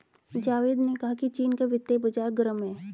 जावेद ने कहा कि चीन का वित्तीय बाजार गर्म है